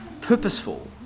purposeful